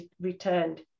returned